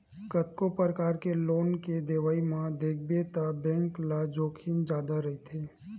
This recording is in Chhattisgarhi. कतको परकार के लोन के देवई म देखबे त बेंक ल जोखिम जादा रहिथे